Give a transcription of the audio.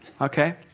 Okay